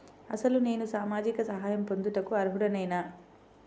అసలు నేను సామాజిక సహాయం పొందుటకు అర్హుడనేన?